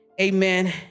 Amen